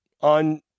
on